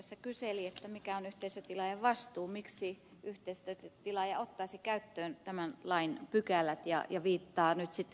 laukkanen kyseli mikä on yhteisötilaajan vastuu miksi yhteisötilaaja ottaisi käyttöön tämän lain pykälät ja viittaa nyt sitten kirjastoon